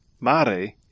Mare